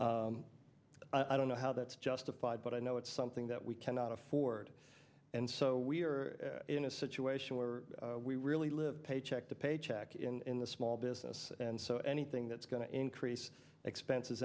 i don't know how that's justified but i know it's something that we cannot afford and so we are in a situation where we really live paycheck to paycheck in small business and so anything that's going to increase expenses